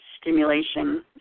stimulation